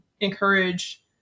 encourage